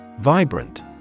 Vibrant